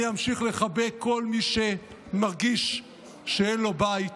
אני אמשיך לחבק כל מי שמרגיש שאין לו בית,